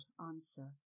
answer